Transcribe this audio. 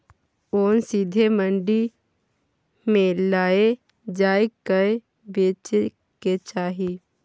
ओन सीधे मंडी मे लए जाए कय बेचे के चाही